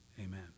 Amen